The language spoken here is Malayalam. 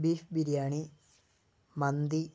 ബീഫ് ബിരിയാണി മന്തി